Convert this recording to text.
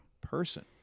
person